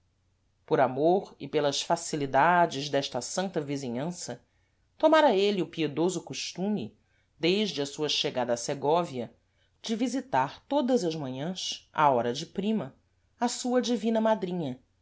por amor e pelas facilidades desta santa vizinhança tomara êle o piedoso costume desde a sua chegada a segóvia de visitar todas as manhãs à hora de prima a sua divina madrinha